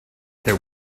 there